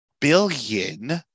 billion